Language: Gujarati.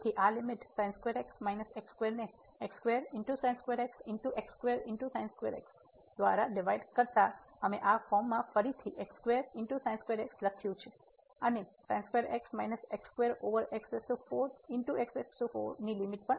તેથી આ લીમીટ ને દ્વારા ડિવાઈડ કરતાં અમે આ ફોર્મમાં ફરીથી લખ્યું છે અને ઓવર ની લીમીટ